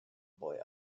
boy